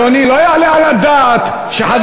אדוני, הוא יכול להביא, חבר